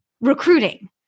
recruiting